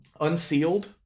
unsealed